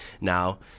now